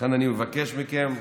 לכן אני מבקש מכם,